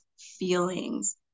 Feelings